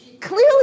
Clearly